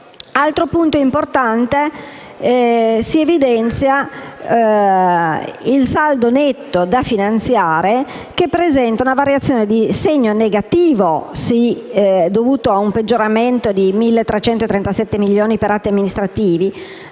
altro punto importante. Il saldo netto da finanziare presenta una variazione di segno negativo dovuta a un peggioramento di 1.337 milioni di euro per atti amministrativi,